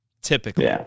Typically